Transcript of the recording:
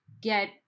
get